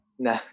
No